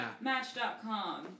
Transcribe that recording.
match.com